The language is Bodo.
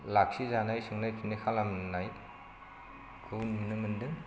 लाखिजानाय सोंनाय फिननाय खालामनायखौ नुनो मोनदों